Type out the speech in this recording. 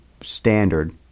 standard